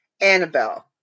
Annabelle